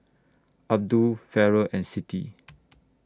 Abdul Farah and Siti